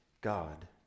God